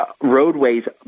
roadways